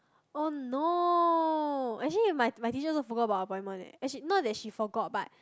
oh no actually my my teacher also forgot about our appointment eh as in not that she forgot but